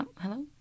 hello